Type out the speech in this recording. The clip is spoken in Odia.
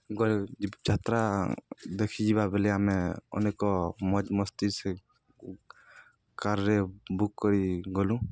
ଯାତ୍ରା ଦେଖିଯିବା ବେଲେ ଆମେ ଅନେକ ମଜ ମସ୍ତି ସେ କାରରେ ବୁକ୍ କରି ଗଲୁ